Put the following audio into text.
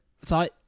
thought